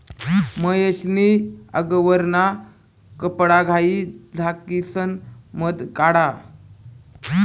महेश नी आगवरना कपडाघाई झाकिसन मध काढा